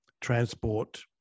transport